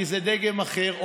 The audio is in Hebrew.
כי זה דגם אחר,